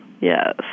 yes